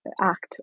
act